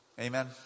Amen